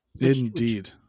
Indeed